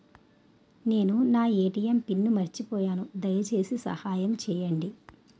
నేను నా ATM pin మర్చిపోయాను, దయచేసి సహాయం చేయండి